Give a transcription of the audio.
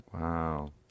Wow